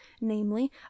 namely